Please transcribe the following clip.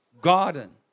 garden